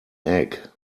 egg